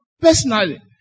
personally